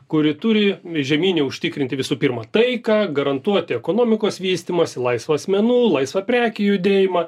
kuri turi žemyne užtikrinti visų pirma taiką garantuoti ekonomikos vystymąsi laisvą asmenų laisvą prekių judėjimą